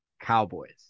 Cowboys